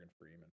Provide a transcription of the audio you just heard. freeman